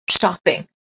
shopping